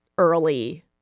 early